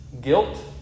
guilt